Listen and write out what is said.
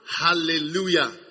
Hallelujah